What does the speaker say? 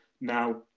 now